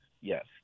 Yes